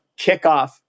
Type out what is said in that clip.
kickoff